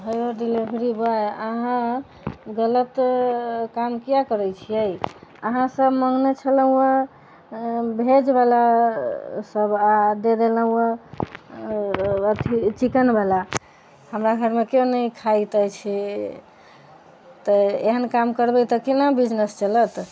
होम delivery boy अहाँ गलत काम किआ करैत छियै अहाँ से मँगने छलहुँ भेजबाला सब आ दे देलहुँ अथी चिकनबाला हमरा घरमे केओ नहि खाइत अछि तऽ एहन काम करबै तऽ केना बिजनेस चलत